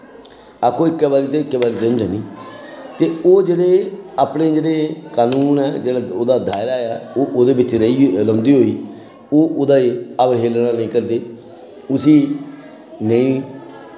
आक्खो इक्कै बारी ते इक्कै बारी ते होंदे निं ते ओह् जेह्ड़े अपने जेह्ड़े कनून ऐ जेह्ड़ा ओह्दा दायरा ऐ ओह् ओह्दे बिच्च रेही रौंह्दे होई ओह् ओह्दा एह् अवहेलना नेईं करदे उस्सी नेंई